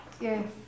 Yes